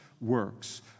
works